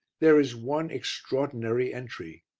there is one extraordinary entry